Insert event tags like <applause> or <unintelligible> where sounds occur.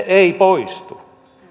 <unintelligible> ei poistu